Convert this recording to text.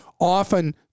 often